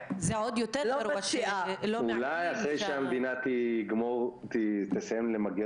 או לכל אחד אחר: אתה תסכן את עצמך